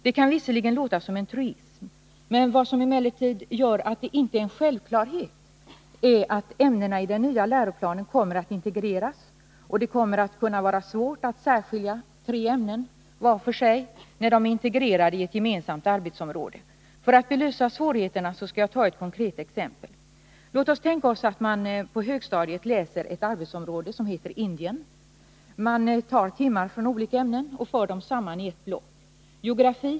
Detta kan visserligen låta som en truism, men det som gör att det inte är en självklarhet är att ämnena i den nya läroplanen kommer att integreras. Det kommer därför att kunna vara svårt att särskilja tre ämnen var för sig, när de är integrerade i ett gemensamt arbetsområde. För att belysa svårigheterna skall jag ta ett konkret exempel. Låt oss tänka oss att man på högstadiet läser ett arbetsområde som heter Indien. Man tar timmar från olika ämnen och för samman till ett block. Geografi.